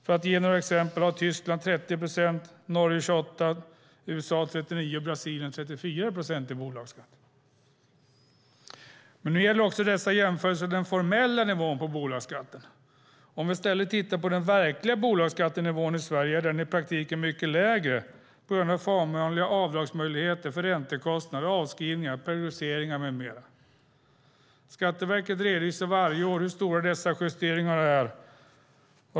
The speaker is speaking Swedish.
För att ge några exempel kan jag nämna att Tyskland har 30 procent, Norge 28 procent, USA 39 procent och Brasilien 34 procent i bolagsskatt. Nu gäller dessa jämförelser den formella nivån på bolagsskatten. Om vi i stället tittar på den verkliga bolagsskattenivån i Sverige är den i praktiken mycket lägre på grund av förmånliga avdragsmöjligheter för räntekostnader, avskrivningar, periodiseringar med mera. Skatteverket redovisar varje år hur stora dessa justeringar är.